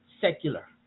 secular